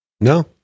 No